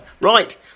Right